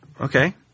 Okay